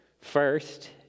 First